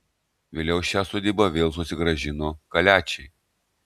vėliau šią sodybą vėl susigrąžino kaliačiai